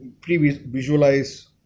pre-visualize